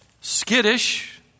skittish